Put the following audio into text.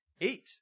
eight